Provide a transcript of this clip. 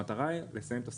והמטרה היא לסיים את הסאגה.